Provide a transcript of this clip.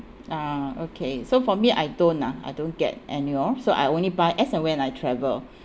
ah okay so for me I don't ah I don't get annual so I only buy as and when I travel